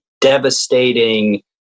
devastating